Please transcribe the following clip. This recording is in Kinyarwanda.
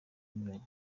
inyuranye